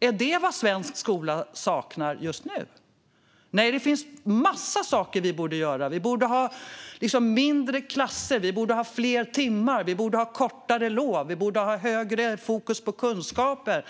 Är det vad svensk skola saknar just nu? Nej, det finns en massa saker vi borde göra. Vi borde ha mindre klasser. Vi borde ha fler timmar. Vi borde ha kortare lov. Vi borde ha tydligare fokus på kunskaper.